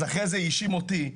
אז אחר כך האשים אותי.